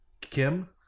Kim